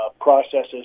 processes